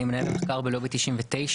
אני מנהל המחקר בלובי 99,